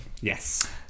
Yes